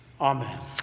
Amen